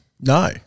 No